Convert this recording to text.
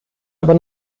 aber